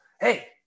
hey